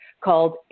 called